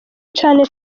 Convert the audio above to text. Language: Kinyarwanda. cane